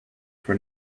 for